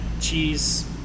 cheese